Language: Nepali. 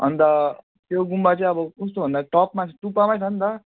अन्त त्यो गुम्बा चाहिँ अब कस्तो भन्दा चाहिँ टपमा छ टुप्पामै छ नि त